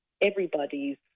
everybody's